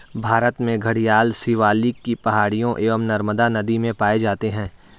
भारत में घड़ियाल शिवालिक की पहाड़ियां एवं नर्मदा नदी में पाए जाते हैं